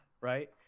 right